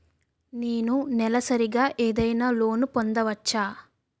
నేను నెలసరిగా ఏదైనా లోన్ పొందవచ్చా?